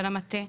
של המטה.